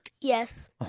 Yes